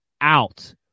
out